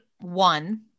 one